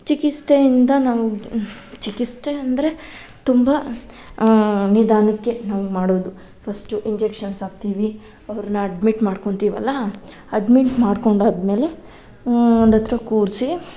ಚಿಕಿತ್ಸೆಯಿಂದ ನಾವು ಚಿಕಿತ್ಸೆ ಅಂದರೆ ತುಂಬ ನಿಧಾನಕ್ಕೆ ನಾವು ಮಾಡೋದು ಫಸ್ಟ್ ಇಂಜೆಕ್ಷನ್ಸ್ ಹಾಕ್ತೀವಿ ಅವ್ರನ್ನ ಅಡ್ಮಿಟ್ ಮಾಡ್ಕೊತೀವಲ್ಲ ಅಡ್ಮಿಟ್ ಮಾಡ್ಕೊಂಡಾದ್ಮೇಲೆ ಒಂದತ್ರ ಕೂರಿಸಿ